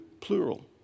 plural